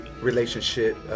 relationship